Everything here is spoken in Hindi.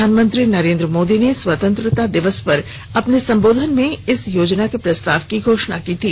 प्रधानमंत्री नरेन्द्र मोदी ने स्वतंत्रता दिवस पर अपने संबोधन में इस योजना के प्रस्ताव की घोषणा की थी